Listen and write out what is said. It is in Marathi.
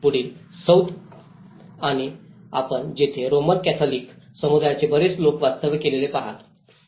पुढील सौथ आपण तेथे रोमन कॅथोलिक समुदायांचे बरेच लोक वास्तव्य केलेले पाहाल